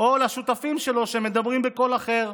או לשותפים שלו שמדברים בקול אחר.